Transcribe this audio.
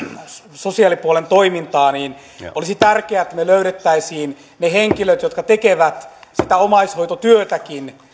sosiaalipuolen toimintaa olisi tärkeää että me löytäisimme ne henkilöt jotka tekevät sitä omaishoitotyötäkin